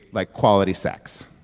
like, quality sex